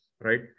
right